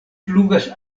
flugas